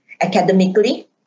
academically